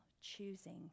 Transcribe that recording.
choosing